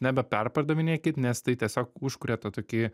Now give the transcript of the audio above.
nebeperpardavinėkit nes tai tiesiog užkuria tą tokį